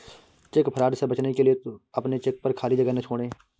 check fraud से बचने के लिए अपने चेक पर खाली जगह ना छोड़ें